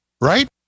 Right